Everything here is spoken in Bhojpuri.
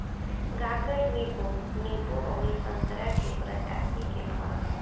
गागर नींबू, नींबू अउरी संतरा के प्रजाति के फल हवे